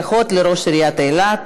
ברכות לראש עיריית אילת